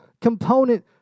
component